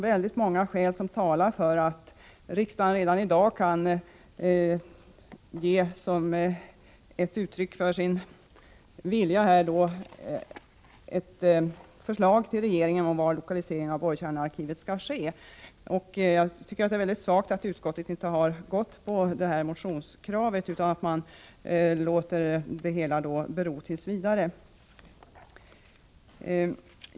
Väldigt många skäl talar för att riksdagen redan i dag kan ge uttryck för sin vilja och tala om för regeringen var borrkärnearkivet skall lokaliseras. Jag tycker att det är väldigt svagt att utskottet inte har anslutit sig till motionskravet utan låter det hela bero tills vidare.